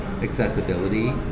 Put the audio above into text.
accessibility